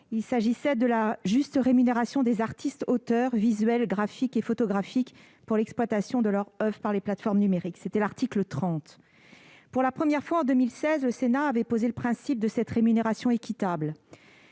loi LCAP, sur la juste rémunération des artistes auteurs d'arts visuels, graphiques et photographiques pour l'exploitation de leur oeuvre par les plateformes numériques. Pour la première fois en 2016, le Sénat avait posé le principe d'une rémunération équitable.